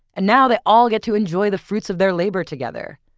and now they all get to enjoy the fruits of their labor together.